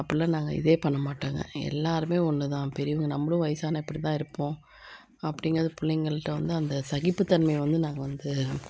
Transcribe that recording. அப்படிலாம் நாங்கள் இதே பண்ண மாட்டோங்க எல்லோருமே ஒன்றுதான் பெரியவங்க நம்மளும் வயசானால் இப்படிதான் இருப்போம் அப்படிங்கறத பிள்ளைங்கள்ட்ட வந்து அந்த சகிப்புத் தன்மை வந்து நாங்கள் வந்து